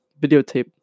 Videotape